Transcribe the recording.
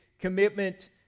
commitment